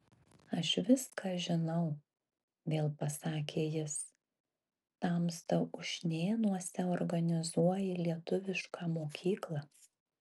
aš viską žinau vėl pasakė jis tamsta ušnėnuose organizuoji lietuvišką mokyklą